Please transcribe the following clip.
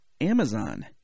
Amazon